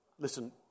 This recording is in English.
Listen